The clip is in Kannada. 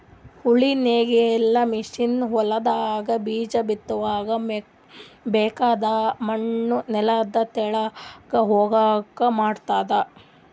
ಉಳಿ ನೇಗಿಲ್ ಮಷೀನ್ ಹೊಲದಾಗ ಬೀಜ ಬಿತ್ತುವಾಗ ಬೇಕಾಗದ್ ಮಣ್ಣು ನೆಲದ ತೆಳಗ್ ಹೋಗಂಗ್ ಮಾಡ್ತುದ